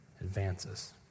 advances